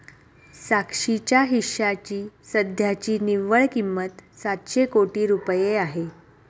साक्षीच्या हिश्श्याची सध्याची निव्वळ किंमत सातशे कोटी रुपये आहे